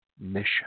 mission